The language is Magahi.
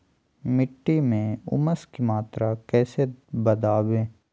मिट्टी में ऊमस की मात्रा कैसे बदाबे?